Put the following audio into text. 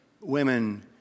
women